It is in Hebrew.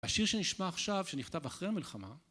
השיר שנשמע עכשיו שנכתב אחרי המלחמה